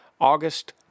August